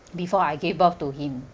before I gave birth to him